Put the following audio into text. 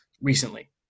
recently